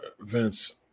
Vince